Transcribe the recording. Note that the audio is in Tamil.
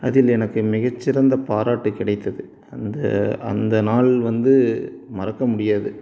அதில் எனக்கு மிகச்சிறந்த பாராட்டு கிடைத்தது அந்த அந்த நாள் வந்து மறக்க முடியாது